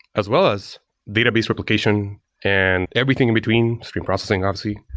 as well as database replication and everything in between, stream processing obviously,